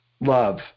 love